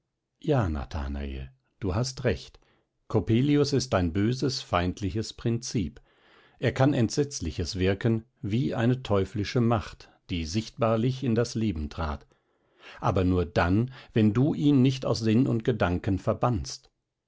ja nathanael du hast recht coppelius ist ein böses feindliches prinzip er kann entsetzliches wirken wie eine teuflische macht die sichtbarlich in das leben trat aber nur dann wenn du ihn nicht aus sinn und gedanken verbannst